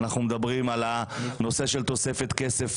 ואנחנו מדברים על תוספת כסף